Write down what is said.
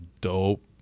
dope